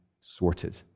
sorted